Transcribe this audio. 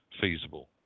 feasible